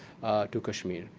to kashmir.